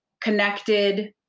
connected